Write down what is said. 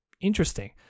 interesting